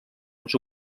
als